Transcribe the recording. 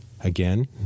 Again